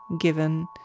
given